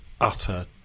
utter